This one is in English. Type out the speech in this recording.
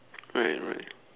alright alright